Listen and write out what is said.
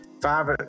five